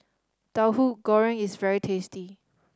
Tauhu Goreng is very tasty